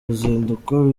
ruzinduko